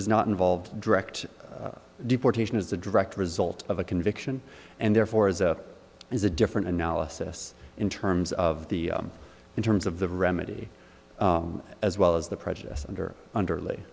does not involve direct deportation as a direct result of a conviction and therefore is a is a different analysis in terms of the in terms of the remedy as well as the prejudice under under